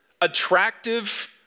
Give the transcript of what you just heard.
attractive